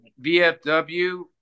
VFW